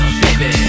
baby